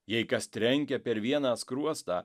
jei kas trenkia per vieną skruostą